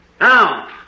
Now